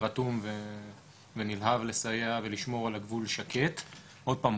אנחנו בגדול תמיד שואפים